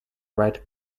red